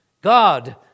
God